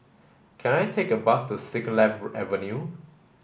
can I take a bus to Siglap Avenue